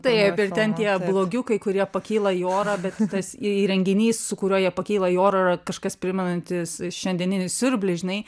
taip ir ten tie blogiukai kurie pakyla į orą bet tas įrenginys su kuriuo jie pakyla į orą kažkas primenantis šiandieninį siurblį žinai